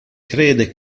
crede